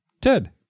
Ted